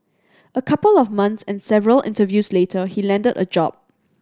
a couple of months and several interviews later he landed a job